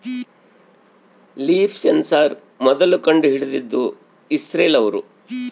leaf sensor ಮೊದ್ಲು ಕಂಡು ಹಿಡಿದಿದ್ದು ಇಸ್ರೇಲ್ ಅವ್ರು